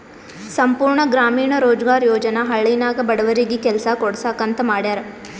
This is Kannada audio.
ಸಂಪೂರ್ಣ ಗ್ರಾಮೀಣ ರೋಜ್ಗಾರ್ ಯೋಜನಾ ಹಳ್ಳಿನಾಗ ಬಡವರಿಗಿ ಕೆಲಸಾ ಕೊಡ್ಸಾಕ್ ಅಂತ ಮಾಡ್ಯಾರ್